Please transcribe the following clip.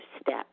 step